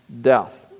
death